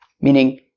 Meaning